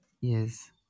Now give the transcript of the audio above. yes